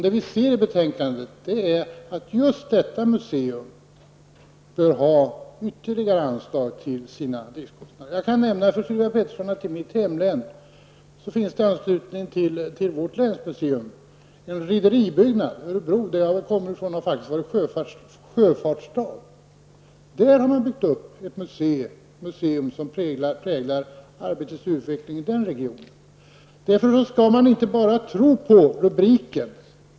Det vi ser i betänkandet är att just detta museum bör ha ytterligare anslag till sina driftskostnader. Jag kan nämna för Sylvia Pettersson att i mitt hemlän finns i anslutning till vårt länsmuseum, en rederibyggnad. Örebro som jag kommer ifrån har faktiskt varit en sjöfartsstad. Där har man byggt upp ett museum som speglar arbetets utveckling i den regionen. Man skall inte bara tro på rubriken.